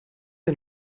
sie